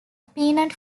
peanut